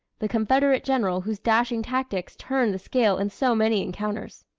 the confederate general whose dashing tactics turned the scale in so many encounters.